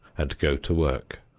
and go to work.